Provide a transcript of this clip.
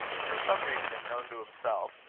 for some reason, known to himself,